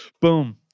boom